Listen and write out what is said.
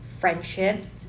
friendships